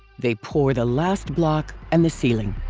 they pour the last block and the ceiling.